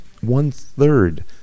one-third